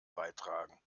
beitragen